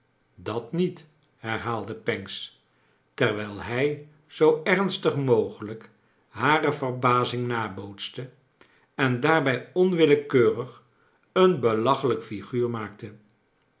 dat met herhaalde pancks terwijl hij zoo ernstig mogelijk hare verbazing nabootste en daarbij onwillekeurig een belachelijk figuur maakte